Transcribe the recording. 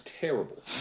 terrible